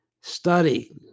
study